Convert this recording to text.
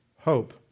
hope